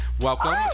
Welcome